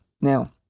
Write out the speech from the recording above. Now